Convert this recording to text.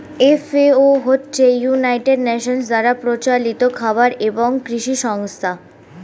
FAO হচ্ছে United Nations দ্বারা পরিচালিত খাবার এবং কৃষি সংস্থা